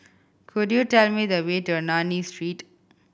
could you tell me the way to Ernani Street